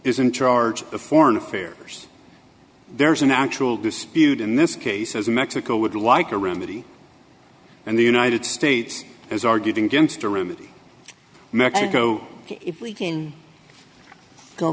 is in charge of foreign affairs there's an actual dispute in this case as mexico would like a remedy and the united states is arguing against a room in mexico if we can go